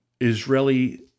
Israeli